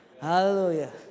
Hallelujah